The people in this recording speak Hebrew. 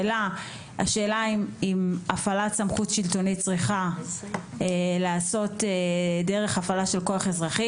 השאלה אם הפעלת סמכות שלטונית צריכה להיעשות דרך הפעלה של כוח אזרחי?